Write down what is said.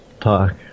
talk